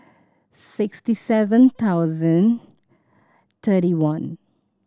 sixty seven thousand thirty one